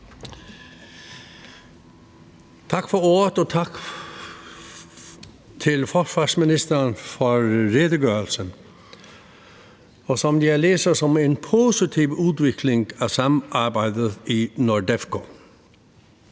Tak for ordet, og tak til forsvarsministeren for redegørelsen, som jeg læser som en positiv udvikling af samarbejdet NORDEFCO.